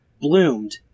bloomed